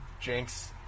jinx